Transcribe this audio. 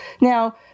Now